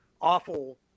awful